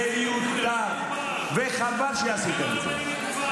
מיותר, וחבל שעשיתם את זה.